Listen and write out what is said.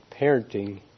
parenting